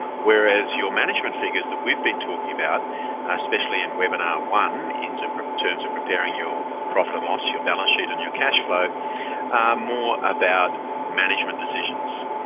but whereas your management figures that we've been talking about especially in webinar one into terms of preparing your profit and loss, your balance sheet and your cashflow more about management decisions.